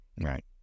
Right